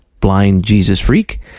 blindjesusfreak